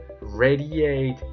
radiate